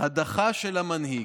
הדחה של המנהיג.